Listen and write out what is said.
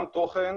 גם תוכן,